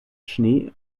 schnee